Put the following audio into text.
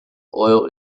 oil